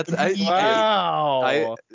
Wow